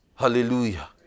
Hallelujah